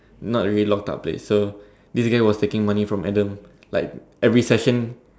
not really locked up place so this guy was taking money from Adam like every session